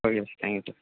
okay sir thank you sir